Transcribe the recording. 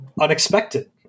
unexpected